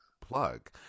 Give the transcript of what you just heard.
plug